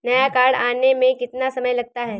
नया कार्ड आने में कितना समय लगता है?